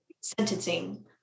sentencing